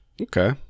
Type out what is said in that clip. Okay